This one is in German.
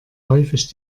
häufig